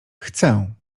chcę